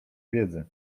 wiedzy